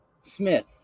Smith